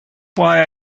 why